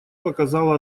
показала